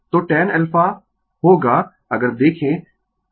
तो tan alpha होगा अगर देखें कि